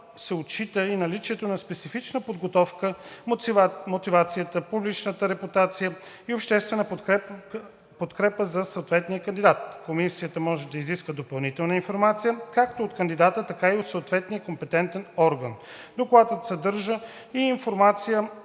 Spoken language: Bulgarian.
се отчита и наличието на специфична подготовка, мотивацията, публичната репутация и обществена подкрепа за съответния кандидат. Комисията може да изисква допълнителна информация както от кандидата, така и от съответния компетентен орган. Докладът съдържа и информация